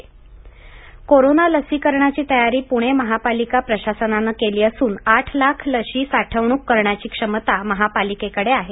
लसीकरण पणे कोरोना लसीकरणाची तयारी पुणे महापालिका प्रशासनानं केली असून आठ लाख लस साठवणूक करण्याची क्षमता महापालिकेकडे आहे